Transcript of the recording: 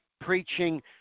preaching